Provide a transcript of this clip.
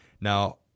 Now